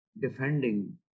defending